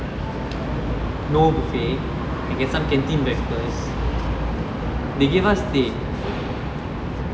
no buffet and get some canteen breakfast they give us teh